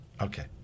Okay